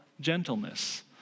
gentleness